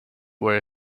were